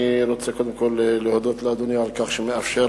אני רוצה קודם כול להודות לאדוני על כך שהוא מאפשר